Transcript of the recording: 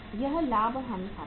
यह लाभ और हानि खाता है